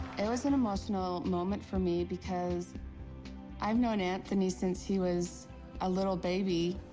it was an emotional moment for me because i've known anthony since he was a little baby.